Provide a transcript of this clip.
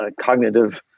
cognitive